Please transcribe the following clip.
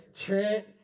Trent